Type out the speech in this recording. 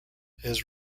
his